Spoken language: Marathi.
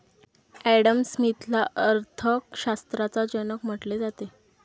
ॲडम स्मिथला अर्थ शास्त्राचा जनक म्हटले जाते